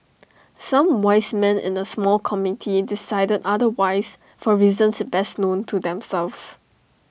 some wise men in A small committee decided otherwise for reasons best known to themselves